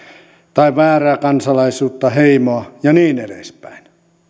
tai väärää kansalaisuutta heimoa ja niin edespäin